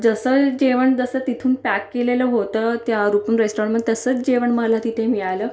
जसं जेवण जसं तिथून पॅक केलेलं होतं त्या रूपम् रेस्टॉरंटम तसंच जेवण मला तिथे मिळालं